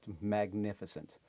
magnificent